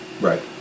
Right